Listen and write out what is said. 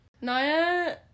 Naya